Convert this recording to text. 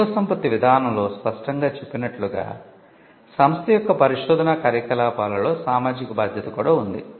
మేధోసంపత్తి విధానంలో స్పష్టంగా చెప్పినట్లుగా సంస్థ యొక్క పరిశోధనా కార్యకలాపాలలో సామాజిక బాధ్యత కూడా ఉంది